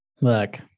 Look